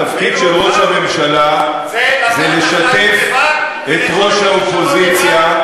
התפקיד של ראש הממשלה זה לשתף את ראש האופוזיציה,